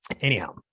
Anyhow